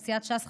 סיעת ש"ס,